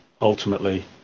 ultimately